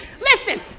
Listen